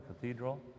cathedral